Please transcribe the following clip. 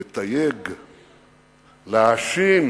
לתייג, להאשים,